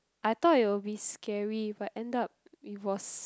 I thought it will be scary but end up it was